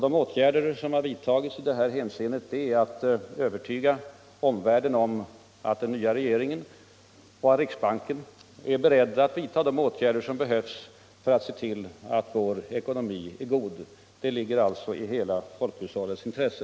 De åtgärder som vidtagits i detta hänseende går ut på att övertyga omvärlden om att den nya regeringen och riksbanken är beredda att göra vad som behövs för att se till att vår ekonomi är god. Det ligger alltså i hela folkhushållets intresse.